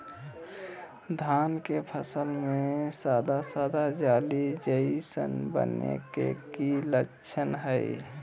धान के फसल में सादा सादा जाली जईसन बने के कि लक्षण हय?